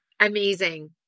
Amazing